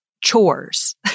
chores